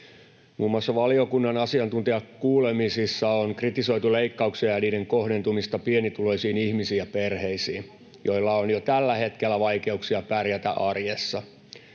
Muun muassa valiokunnan asiantuntijakuulemisissa on kritisoitu leikkauksia ja niiden kohdentumista pienituloisiin ihmisiin ja perheisiin, joilla on jo tällä hetkellä vaikeuksia pärjätä arjessa.